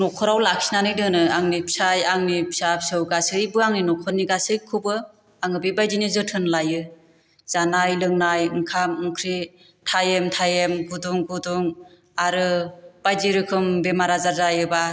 नखराव लाखिनानै दोनो आंनि फिसाय आंनि फिसा फिसौ गासैबो आंनि नखरनि गासैखौबो आङो बेबायदिनो जोथोन लायो जानाय लोंनाय ओंखाम ओंख्रि टायेम टायेम गुदुं गुदुं आरो बायदि रोखोम बेमार आजार जायोबा